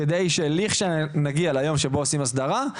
כדי שלכשנגיע ליום שבו עושים הסדרה,